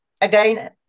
again